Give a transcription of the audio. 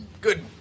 good